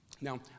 Now